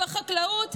בחקלאות,